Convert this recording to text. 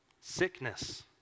Sickness